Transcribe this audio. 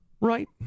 Right